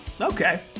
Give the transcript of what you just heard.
Okay